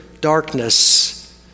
darkness